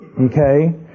okay